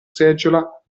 seggiola